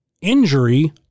injury